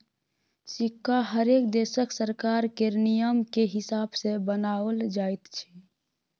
सिक्का हरेक देशक सरकार केर नियमकेँ हिसाब सँ बनाओल जाइत छै